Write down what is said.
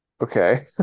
okay